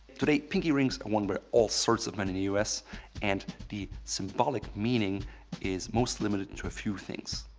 today, pinky rings are worn by all sorts of men in the us and the symbolic meaning is most limited to a few things.